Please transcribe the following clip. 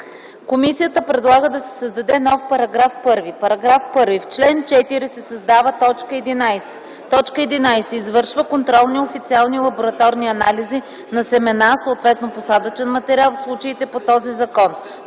Комисията предлага да се създаде нов § 1: „§ 1. В чл. 4 се създава т. 11: „11. извършва контролни официални лабораторни анализи на семена, съответно посадъчен материал, в случаите по този закон.